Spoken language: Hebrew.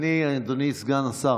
אדוני סגן השר,